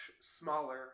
smaller